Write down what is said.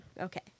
okay